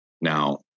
Now